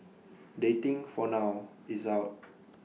dating for now is out